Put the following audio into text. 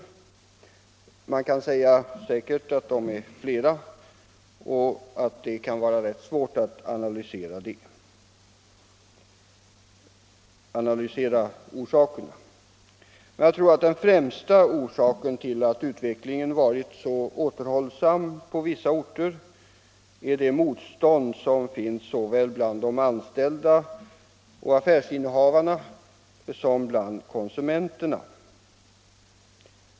Man kan säkert säga att de är flera, och det kan vara rätt svårt att analysera dem. Men jag tror att den främsta orsaken till att utvecklingen varit så återhållsam på vissa orter är det motstånd som finns såväl bland de anställda och affärsinnehavarna som bland konsumenterna.